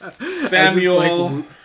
Samuel